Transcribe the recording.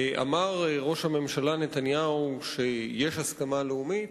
אמר ראש הממשלה נתניהו שיש הסכמה לאומית.